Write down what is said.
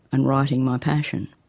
and writing my passion.